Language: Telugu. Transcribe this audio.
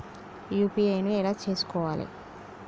యూ.పీ.ఐ ను ఎలా చేస్కోవాలి?